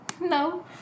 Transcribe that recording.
No